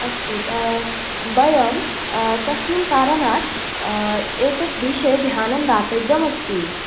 अस्तु वयं तस्मिन् कारणात् एतत् विषये ध्यानं दातव्यमस्ति